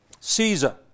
caesar